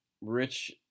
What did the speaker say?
Rich